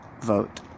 vote